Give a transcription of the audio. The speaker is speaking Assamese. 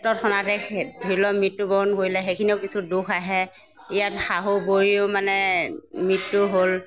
তৎক্ষণাতে ধৰক মৃত্যুবৰণ কৰিলে সেইখিনিও কিছু দুখ আহে ইয়াত শাহু বুঢ়ীও মানে মৃত্যু হ'ল